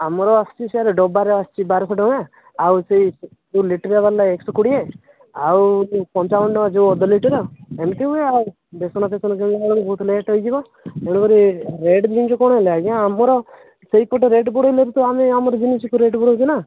ଆମର ଆସୁଛି ସାର୍ ଡବାରେ ଆସୁଛି ବାରଶହ ଟଙ୍କା ଆଉ ସେଇ ଲିଟେରେ ଵାଲା ଏକଶହ କୋଡ଼ିଏ ଆଉ ପଞ୍ଚାବନ ଟଙ୍କା ଯୋଉ ଅଧ ଲିଟର୍ ଏମିତି ହୁଏ ଆଉ ବେସନ ଫେସନ କିଣିଲା ବେଳକୁ ବହୁତ ଲେଟ୍ ହୋଇଯିବ ତେଣୁ କରି ରେଟ୍ ଜିନିଷ କ'ଣ ହେଲା ଆଜ୍ଞା ଆମର ସେପଟେ ରେଟ୍ ବଢ଼େଇ ଲାରୁ ତ ଆମେ ଆମର ଜିନିଷକୁ ରେଟ୍ ବଢ଼ଉଛୁ ନା